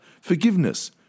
forgiveness